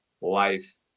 life